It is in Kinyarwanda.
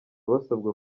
basabwa